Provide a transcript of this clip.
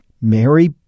Mary